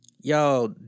y'all